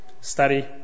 study